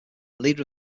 leader